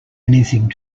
anything